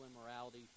immorality